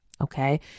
Okay